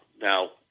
Now